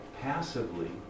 passively